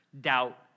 doubt